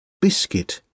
biscuit